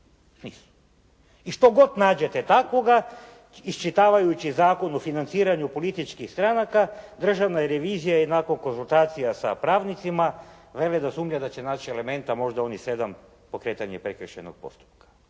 I što god nađete takvoga, iščitavajući Zakon o financiranju političkih stranaka državna revizija je nakon konzultacija sa pravnicima …/Govornik se ne razumije./… da će naći elementa možda u onih 7 pokretanje prekršajnog postupka.